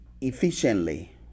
efficiently